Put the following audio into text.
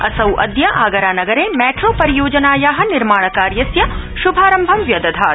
असौ अद्य आगरानगर चिंट्रोपरियोजनाया निर्माणकार्यस्य शुमारम्भ व्यदधात्